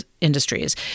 industries